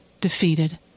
defeated